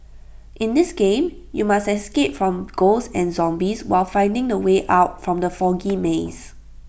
in this game you must escape from ghosts and zombies while finding the way out from the foggy maze